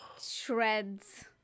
shreds